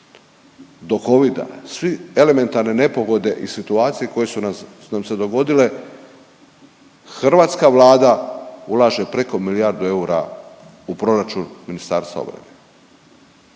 do covida, sve elementarne nepogode i situacije koje su nam se dogodile hrvatska Vlada ulaže preko milijardu eura u proračun Ministarstva obrane.